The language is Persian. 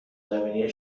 زمینی